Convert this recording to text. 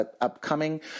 upcoming